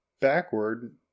backward